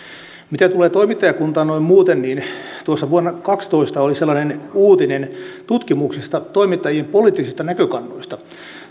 mitä tulee toimittajakuntaan noin muuten niin vuonna kaksituhattakaksitoista oli sellainen uutinen tutkimuksesta toimittajien poliittisista näkökannoista